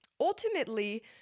ultimately